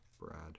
Brad